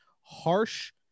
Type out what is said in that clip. harsh